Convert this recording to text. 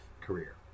career